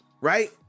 right